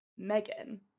Megan